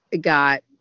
got